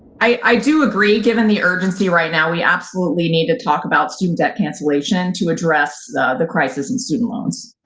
i do agree, given the urgency right now, we absolutely need to talk about student debt cancellation to address the crisis in student loans.